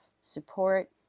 support